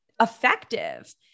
effective